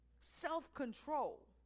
self-control